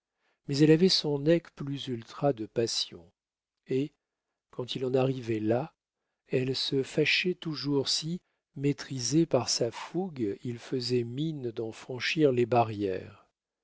mais elle avait son nec plus ultrà de passion et quand il en arrivait là elle se fâchait toujours si maîtrisé par sa fougue il faisait mine d'en franchir les barrières